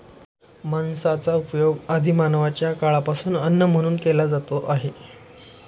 मांसाचा उपयोग आदि मानवाच्या काळापासून अन्न म्हणून केला जात आहे